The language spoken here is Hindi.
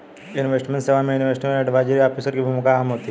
इन्वेस्टमेंट सेवा में इन्वेस्टमेंट एडवाइजरी ऑफिसर की भूमिका अहम होती है